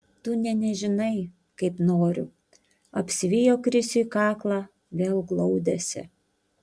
tu nė nežinai kaip noriu apsivijo krisiui kaklą vėl glaudėsi